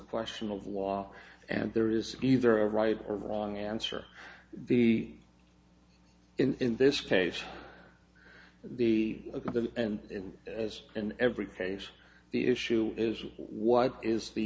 question of law and there is either a right or wrong answer the in this case they look at the and as in every case the issue is what is the